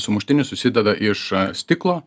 sumuštinis susideda iš stiklo